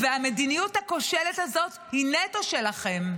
והמדיניות הכושלת הזאת היא נטו שלכם.